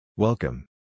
Welcome